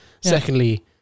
Secondly